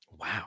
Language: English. Wow